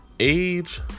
Age